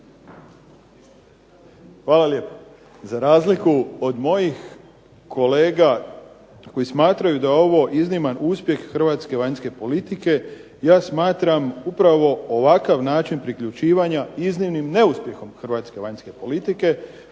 Ali za razliku od mojih kolega koji smatraju da je ovo izniman uspjeh hrvatske vanjske politike, ja smatram upravo ovakva način priključivanja iznimnim neuspjehom hrvatske vanjske politike,